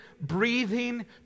breathing